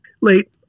Late